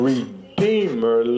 Redeemer